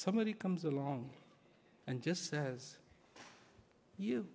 somebody comes along and just says you